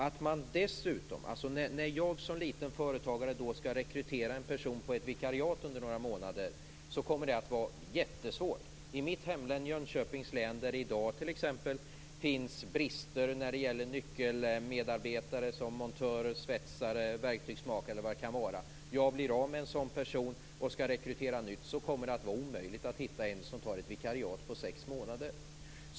Om jag som liten företagare vill rekrytera en person på ett vikariat under några månader kommer det att vara jättesvårt. I mitt hemlän Jönköpings län finns det i dag brister när det gäller nyckelarbetare som montörer, svetsare och verktygsmakare. Om jag blir av med en sådan person och skall rekrytera en ny kommer det att vara omöjligt att hitta en som tar ett vikariat på sex månader.